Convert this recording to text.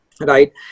Right